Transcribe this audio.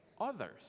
others